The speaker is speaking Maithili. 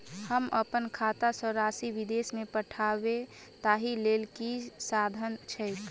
हम अप्पन खाता सँ राशि विदेश मे पठवै ताहि लेल की साधन छैक?